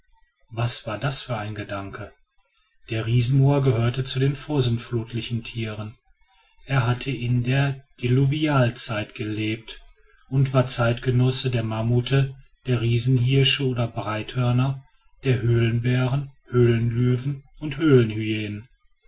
was war das für ein gedanke der riesenmoa gehörte zu den vorsintflutlichen tieren er hat in der diluvialzeit gelebt und war zeitgenosse der mammute der riesenhirsche oder breithörner der höhlenbären höhlenlöwen und höhlenhyänen